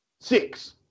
six